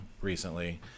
recently